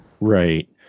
Right